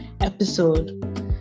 episode